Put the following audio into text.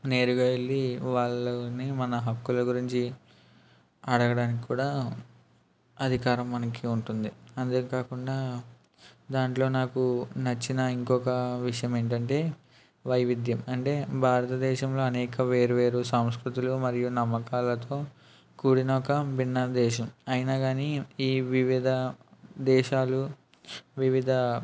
నేరుగా వెళ్ళి వాళ్ళను మన హక్కుల గురుంచి అడగడానికి కూడా అధికారం మనకు ఉంటుంది అంతే కాకుండా దాంట్లో నాకు నచ్చిన ఇంకొక విషయం ఏంటి అంటే వైవిధ్యం అంటే భారతదేశంలో అనేక వేరు వేరు సంస్కృతులు మరియు నమ్మకాలతో కూడిన ఒక భిన్న దేశం అయినా కానీ ఈ వివిధ దేశాలు వివిధ